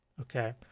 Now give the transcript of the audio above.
Okay